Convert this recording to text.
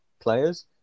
players